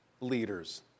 leaders